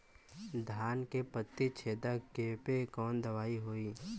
धान के पत्ती छेदक कियेपे कवन दवाई होई?